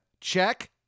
Check